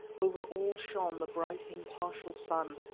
over all shone the bright impartial sun,